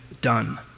done